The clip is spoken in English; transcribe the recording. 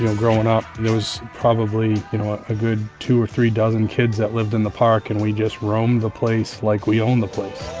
growing up, there was probably a good two-or-three-dozen kids that lived in the park and we just roamed the place like we owned the place.